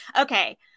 okay